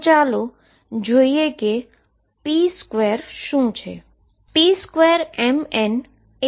તો ચાલો જોઈએ કે p2 શું છે